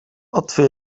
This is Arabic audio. أطفأ